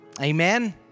Amen